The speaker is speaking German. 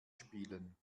spielen